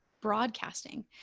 broadcasting